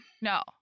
no